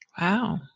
Wow